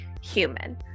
human